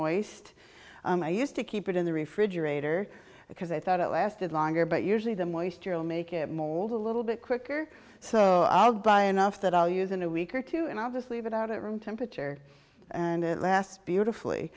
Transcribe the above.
moist i used to keep it in the refrigerator because i thought it lasted longer but usually them waste your will make it more a little bit quicker so i'll buy enough that i'll use in a week or two and i'll just leave it out at room temperature and it lasts beautifully